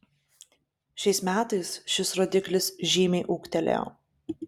šiais metais šis rodiklis žymiai ūgtelėjo